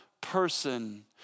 person